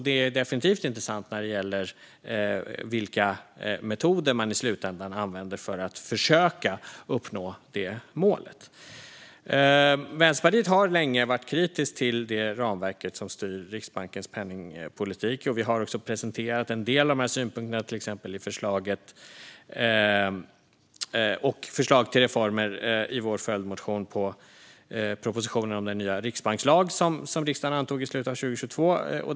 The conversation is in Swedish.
Det är definitivt inte sant när det gäller vilka metoder man i slutänden använder för att försöka nå det målet. Vi i Vänsterpartiet har länge varit kritiska till det ramverk som styr Riksbankens penningpolitik. Vi har presenterat en del av våra synpunkter och förslag till reformer i vår följdmotion till propositionen om den nya riksbankslag som riksdagen antog i slutet av 2022.